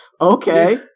okay